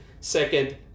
second